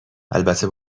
البته